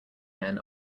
men